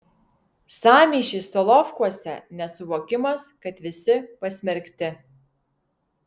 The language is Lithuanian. sąmyšis solovkuose nesuvokimas kad visi pasmerkti